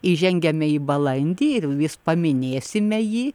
įžengiame į balandį ir vis paminėsime jį